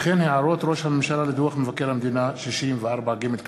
וכן הערות ראש הממשלה לדוח מבקר המדינה 64ג. תודה.